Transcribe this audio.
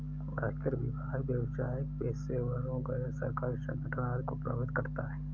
आयकर विभाग व्यावसायिक पेशेवरों, गैर सरकारी संगठन आदि को प्रभावित करता है